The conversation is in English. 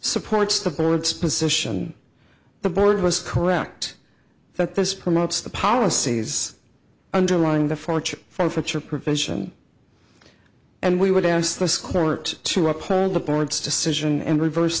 supports the board's position the board was correct that this promotes the policies underlying the fortune for future provision and we would ask this court to uphold the board's decision and reverse